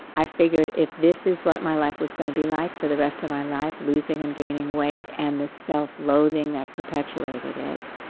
i figured if this is what my life was going to be like for the rest of my life, losing and gaining weight, and this self loathing that perpetuated it,